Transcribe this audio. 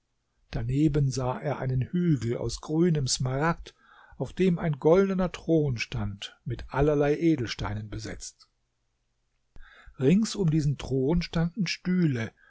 daneben sah er einen hügel aus grünem smaragd auf dem ein goldener thron stand mit allerlei edelsteinen besetzt rings um diesen thron standen stühle